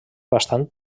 bastant